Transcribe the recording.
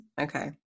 okay